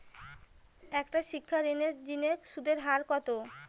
একটা শিক্ষা ঋণের জিনে সুদের হার কত?